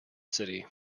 city